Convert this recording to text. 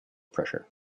pressure